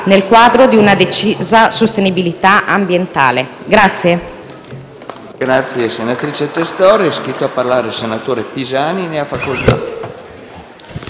nel quadro di una decisa sostenibilità ambientale.